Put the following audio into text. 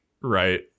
right